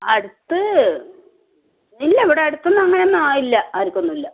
അടുത്ത് ഇല്ല ഇവിടെ അടുത്തൊന്നും അങ്ങനെ ഒന്നും ആയില്ല ആർക്കുമൊന്നുമില്ല